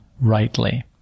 rightly